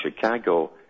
Chicago